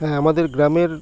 হ্যাঁ আমাদের গ্রামের